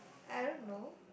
I don't know